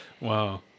Wow